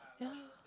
yeah